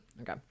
okay